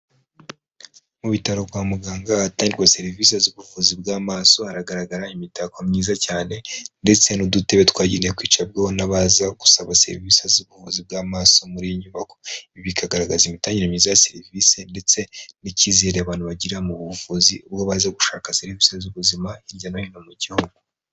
Mu bitaro kwa muganga ahatangirwa serivisi z'ubuvuzi bw'amaso, haragaragara imitako myiza cyane ndetse n'udutebe twagenewe kwicarwaho n'abaza gusaba serivisi z'ubuvuzi bw'amaso muri iyi nyubako. Ibi bikagaragaza imitangire myiza ya serivise ndetse n'icyizere abantu bagirira mu buvuzi, ubwo baza gushaka serivise z'ubuzima hirya no hino mu gihugu.